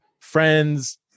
Friends